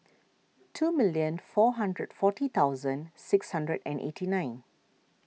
two million four hundred forty thousand six hundred and eighty nine